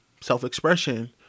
self-expression